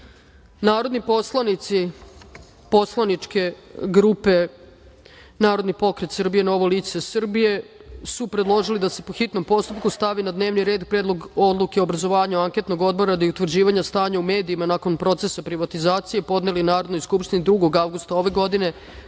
predlog. Narodni poslanici poslaničke grupe Narodni pokret Srbije – Novo lice Srbije su predložili da se po hitnom postupku stavi na dnevni red Predlog odluke o obrazovanju anketnog odbora radi utvrđivanja stanja u medijima nakon procesa privatizacije, koji su podneli Narodnoj skupštini 2. avgusta ove